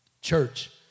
Church